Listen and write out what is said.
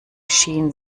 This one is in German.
schien